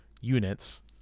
units